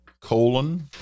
colon